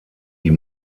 die